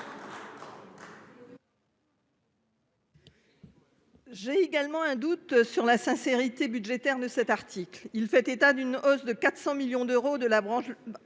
J'ai également un doute sur la sincérité budgétaire ne cet article, il fait état d'une hausse de 400 millions d'euros de la branche.